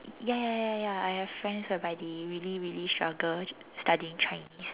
ya ya ya ya I have friends whereby they really really struggle studying Chinese